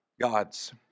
God's